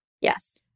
Yes